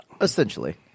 Essentially